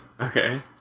Okay